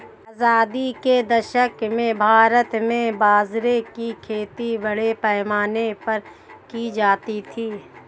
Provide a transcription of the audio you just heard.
आजादी के दशक में भारत में बाजरे की खेती बड़े पैमाने पर की जाती थी